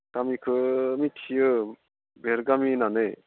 गामिखो मिथियो बेरगामि होननानै